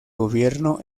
gobierno